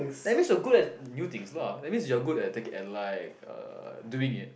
that means you're good at new things lah that means you are good at take it at like uh doing it